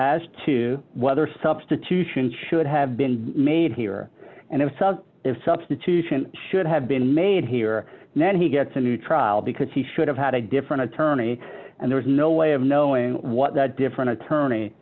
as to whether substitution should have been made here and if the substitution should have been made here then he gets a new trial because he should have had a different attorney and there's no way of knowing what that different attorney